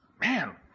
Man